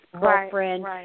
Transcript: girlfriend